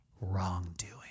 wrongdoing